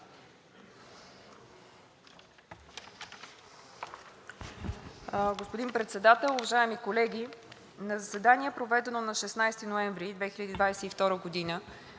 Господин Председател, уважаеми колеги! „На заседание, проведено на 16 ноември 2022 г.,